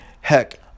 Heck